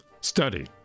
study